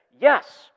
yes